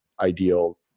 ideal